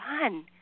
fun